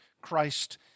Christ